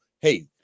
hey